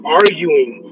arguing